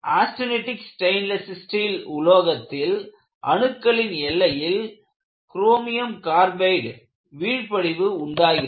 austenitic stainless steel உலோகத்தில் அணுக்களின் எல்லையில் குரோமியம் கார்பைட் வீழ்ப்படிவு உண்டாகிறது